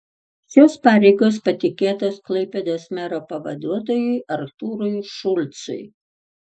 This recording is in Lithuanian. šios pareigos patikėtos klaipėdos mero pavaduotojui artūrui šulcui